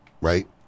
right